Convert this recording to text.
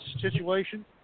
situation